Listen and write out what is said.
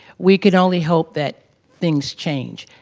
we could only hope that things change.